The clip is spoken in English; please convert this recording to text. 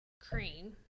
cream